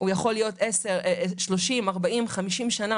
הוא יכול להיות 10, 30, 40, 50 שנה.